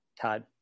Todd